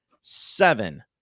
Seven